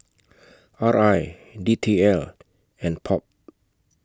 R I D T L and POP